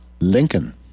lincoln